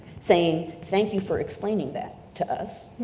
saying, thank you for explaining that to us.